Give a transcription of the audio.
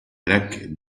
lac